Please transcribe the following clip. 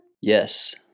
Yes